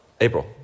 April